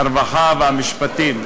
משרד הרווחה ומשרד המשפטים.